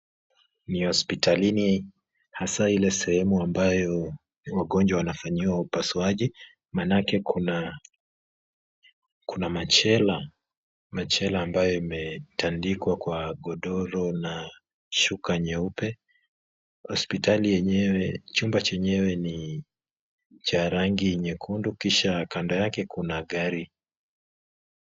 Ni hospitalini hasa ile sehemu ambayo wagonjwa wanafanyiwa upasuaji maanake kuna, kuna machela, machela ambayo imetandikwa kwa godoro na shuka nyeupe, hospitali yenyewe, chumba chenyewe ni cha rangi nyekundu kisha kando yake kuna gari.